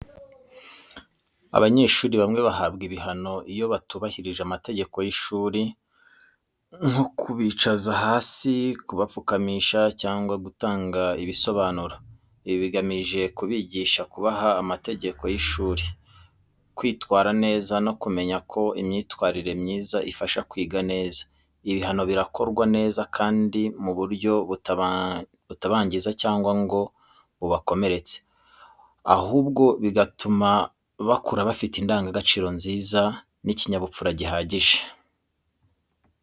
Abanyeshuri bamwe bahabwa ibihano iyo batubahirije amategeko y’ishuri nko kubicaza hasi, kubapfukamisha cyangwa gutanga ibisobanuro. Ibi bigamije kubigisha kubaha amategeko y’ishuri, kwitwara neza no kumenya ko imyitwarire myiza ifasha kwiga neza. Ibihano birakorwa neza kandi mu buryo butabangiza cyangwa ngo bubakomeretse, ahubwo bigatuma bakura bafite indangagaciro nziza n’ikinyabupfura gihagije.